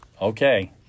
Okay